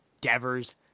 Devers